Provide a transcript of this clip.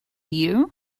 you